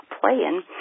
playing